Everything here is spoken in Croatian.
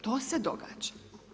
To se događa.